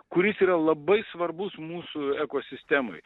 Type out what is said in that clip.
kuris yra labai svarbus mūsų ekosistemai